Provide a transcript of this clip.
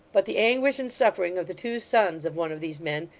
but the anguish and suffering of the two sons of one of these men,